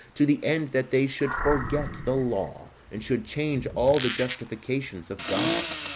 to the end that they should forget the law, and should change all the justifications of god.